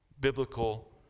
biblical